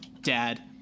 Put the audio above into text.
dad